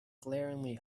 glaringly